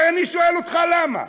אני שואל אותך, למה?